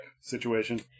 situation